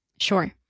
Sure